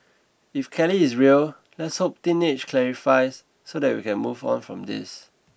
if Kelly is real let's hope teenage clarifies so that we can move on from this